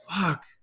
fuck